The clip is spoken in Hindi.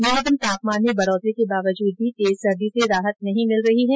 न्यूनतम तापमान में बढोतरी के बावजूद भी तेज सर्दी से राहत नहीं मिल रही है